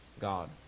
God